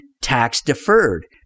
tax-deferred